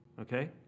okay